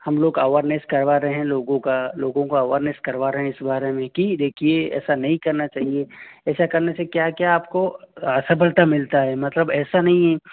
हम लोग अवरनेस करवा रहे हैं लोगों का लोगों का अवरनेस करवा रहे हैं इस बारे में कि देखिए ऐसा नहीं करना चाहिए ऐसा करने से क्या क्या आपको सफलता मिलता है मतलब ऐसा नहीं हैं